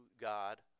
God